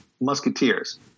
musketeers